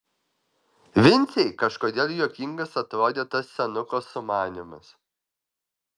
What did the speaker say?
vincei kažkodėl juokingas atrodė tas senuko sumanymas